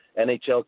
NHL